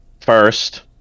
first